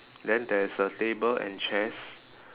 then there is a table and chairs